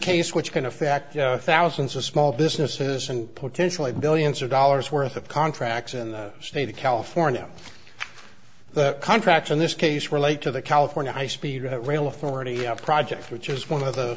case which can affect thousands of small businesses and potentially billions of dollars worth of contracts in the state of california the contracts in this case relate to the california high speed rail authority of projects which is one of the